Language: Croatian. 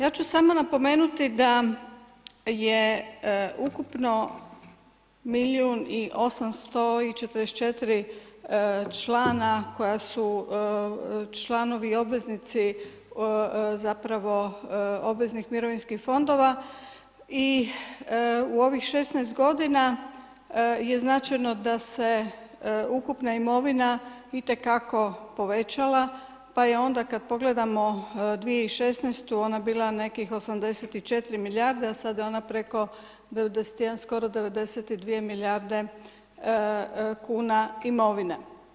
Ja ću samo napomenuti da je ukupno milijun i 844 članaka koja su članovi obveznici zapravo obveznik mirovinskih fondova i u ovih 16 g. je značajno da se ukupna imovina itekako povećala pa je onda kad pogledamo 2016. ona bila nekih 84 milijarde a sada je ona preko 91, skoro 92 milijarde kuna imovine.